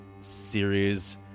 series